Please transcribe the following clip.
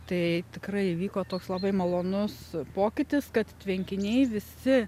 tai tikrai įvyko toks labai malonus pokytis kad tvenkiniai visi